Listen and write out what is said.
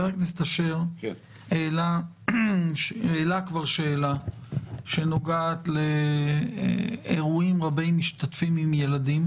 חבר הכנסת אשר העלה כבר שאלה שנוגעת לאירועים רבי משתתפים עם ילדים,